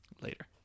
later